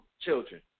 children